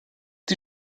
die